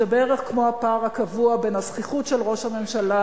זה בערך כמו הפער הקבוע בין הזחיחות של ראש הממשלה